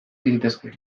gintezke